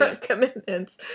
commitments